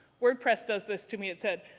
wordpress does this to me, it said,